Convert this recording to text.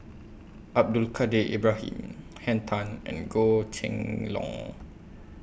Abdul Kadir Ibrahim Henn Tan and Goh Kheng Long